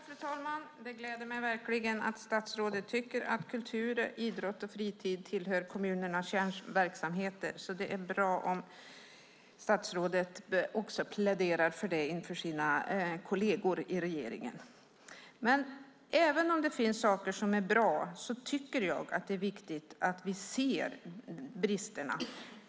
Fru talman! Det gläder mig verkligen att statsrådet tycker att kultur, idrott och fritid tillhör kommunernas kärnverksamheter. Det är bra om statsrådet också pläderar för det inför sina kolleger i regeringen. Men även om det finns sådant som är bra tycker jag att det är viktigt att vi ser bristerna.